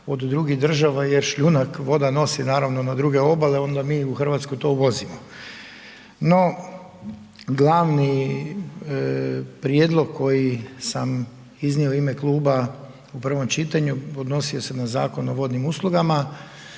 od drugih država jer šljunak voda nosi naravno na druge obale onda mi u Hrvatskoj to uvozimo. No, glavni prijedlog koji sam iznio u ime kluba u prvom čitanju odnosio se na Zakon o vodnim uslugama